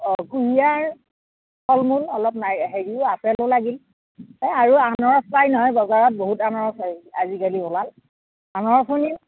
অঁ কুঁহিয়াৰ ফল মূল অলপ হেৰিও আপেলো লাগিল এই আৰু আনাৰস পাই নহয় বজাৰত বহুত আনাৰস আজিকালি ওলাল আনাৰসো নিম